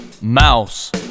mouse